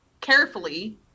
carefully